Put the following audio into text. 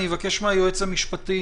אני אבקש מהיועץ המשפטי